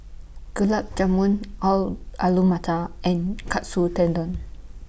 Gulab Jamun Alu Matar and Katsu Tendon